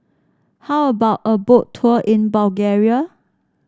how about a Boat Tour in Bulgaria